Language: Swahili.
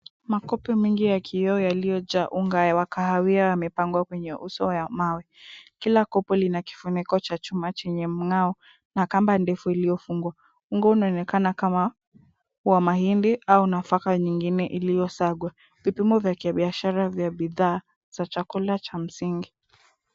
Makopo mengi ya kioo yaliyojaa unga wa kahawia yamepangwa kwenye uso ya mawe. Kila kopo lina kifuniko cha chuma chenye mng'ao na kamba ndefu iliofungwa. Unga unaonekana kama wa mahindi au nafaka nyingine iliyosagwa. Vipimo vya kibiashara vya bidhaa za chakula cha msingi.